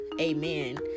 amen